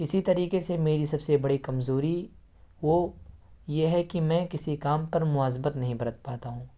اسی طریقے سے میری سب س بڑی کمزوری وہ یہ ہے کہ میں کسی کام پر مواظبت نہیں برت پاتا ہوں